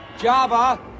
Java